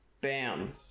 Bam